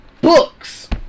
books